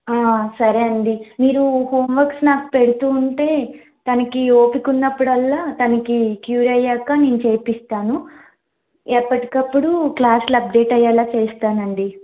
హ సరే అండి మీరు హోమ్ వర్క్స్ నాకు పెడుతూ ఉంటే తనకి ఓపిక ఉన్నప్పుడల్లా తనకి క్యూర్ అయ్యాక నేను చేపిస్తాను ఎప్పటికప్పుడు క్లాస్లు అప్డేట్ అయ్యేలా చేస్తానండి